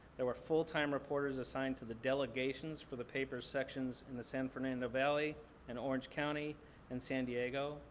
there were full-time reporters assigned to the delegations for the paper sections in the san fernando valley and orange county and san diego.